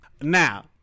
Now